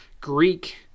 Greek